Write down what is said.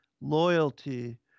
loyalty